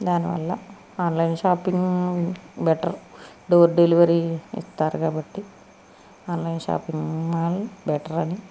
దాని వల్ల online shopping better door delivery ఇస్తారు కాబట్టి ఆన్లైన్ షాపింగ్ మాల్ బెటర్ అని